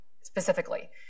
specifically